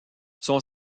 son